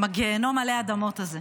עם הגיהינום עלי אדמות הזה,